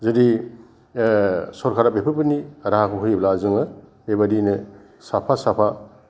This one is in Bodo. जुदि सरखारा बेफोरबादिनि राहाखौ होयोब्ला जोङो बेबादिनो साफा साफा